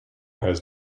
has